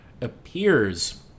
appears